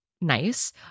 nice